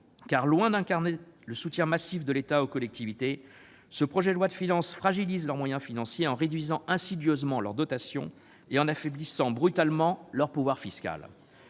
: loin de traduire un soutien massif de l'État aux collectivités territoriales, ce projet de loi de finances fragilise leurs moyens financiers en réduisant insidieusement leurs dotations et en affaiblissant brutalement leur pouvoir fiscal.